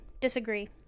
Disagree